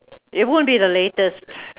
it won't be the latest